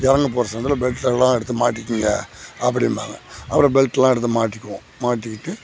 இறங்க போகிற சமயத்தில் பெல்ட்டெல்லாம் எடுத்து மாட்டீங்கோங்க அப்படின்பாங்க அப்புறம் பெல்ட்லெலாம் எடுத்து மாட்டிக்குவோம் மாட்டிக்கிட்டு